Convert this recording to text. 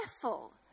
careful